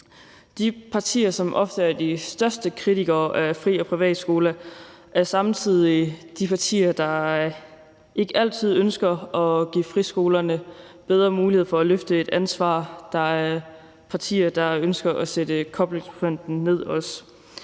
De partier, som ofte er de største kritikere af fri- og privatskoler, er samtidig de partier, der ikke altid ønsker at give friskolerne bedre mulighed for at løfte et ansvar. Der er partier, der også ønsker at sætte koblingsprocenten ned.